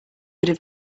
have